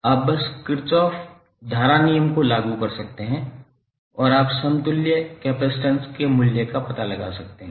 आप बस किरचॉफ धारा नियम को लागू कर सकते हैं और आप समतुल्य कपसिटंस के मूल्य का पता लगा सकते हैं